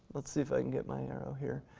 let's see if i can get my arrow here,